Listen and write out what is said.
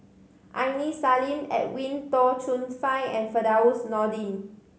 Aini Salim Edwin Tong Chun Fai and Firdaus Nordin